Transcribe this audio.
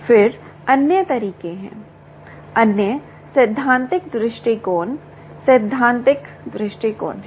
फिर अन्य तरीके हैं अन्य सैद्धांतिक दृष्टिकोण सैद्धांतिक दृष्टिकोण हैं